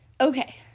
Okay